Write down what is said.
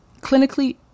Clinically